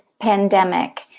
pandemic